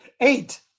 eight